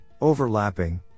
overlapping